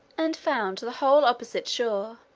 and found the whole opposite shore,